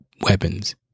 weapons